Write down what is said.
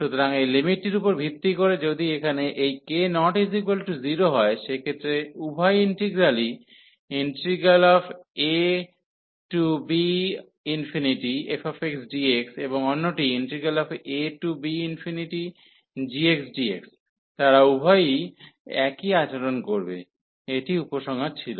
সুতরাং এই লিমিটটির উপর ভিত্তি করে যদি এখানে এই k≠0 হয় সেক্ষেত্রে উভয় ইন্টিগ্রালই ইন্টিগ্রাল abfxdx এবং অন্যটি abgxdx তারা উভয়ই একই আচরণ করবে এটিই উপসংহার ছিল